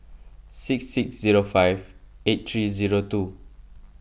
six six zero five eight three zero two